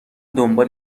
دنبال